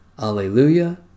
Alleluia